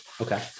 okay